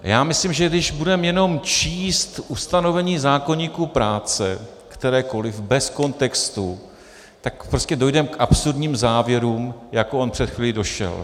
Já myslím, že když budeme jenom číst ustanovení zákoníku práce, kterékoliv, bez kontextu, tak prostě dojdeme k absurdním závěrům, jako on před chvílí došel.